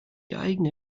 geeignet